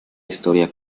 historia